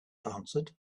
answered